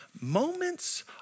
Moments